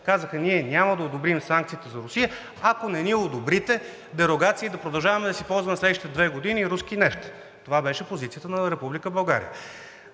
Казаха: ние няма да одобрим санкцията за Русия, ако не ни одобрите дерогации и да продължаваме да си ползваме следващите две години руски нефт, това беше позицията на